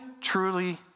truly